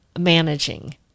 managing